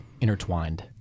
Intertwined